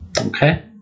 Okay